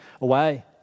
away